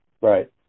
right